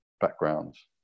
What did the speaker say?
backgrounds